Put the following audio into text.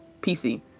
PC